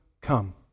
come